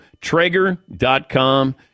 Traeger.com